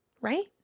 right